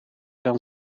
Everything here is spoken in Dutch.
dan